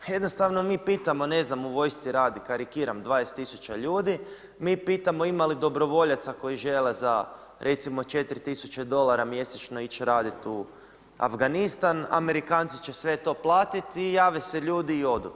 A jednostavno mi pitamo, a ne znam , u vojsci radi, karikiram 20000 ljudi, mi pitamo ima li dobrovoljaca koji žele recimo za 4000 dolara mjesečno ići raditi u Afganistan, Amerikanci će sve to platiti i jave se ljudi i odu.